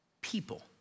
people